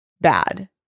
bad